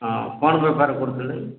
ହଁ କ'ଣ ବେପାର କରୁଥିଲେ